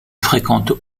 fréquente